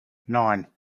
nine